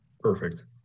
Perfect